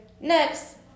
next